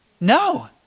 No